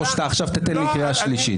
או שעכשיו תיתן לי קריאה שלישית?